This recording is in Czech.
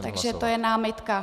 Takže to je námitka.